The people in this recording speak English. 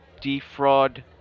defraud